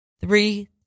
three